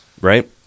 right